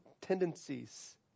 tendencies